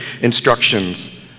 instructions